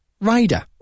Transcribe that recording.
rider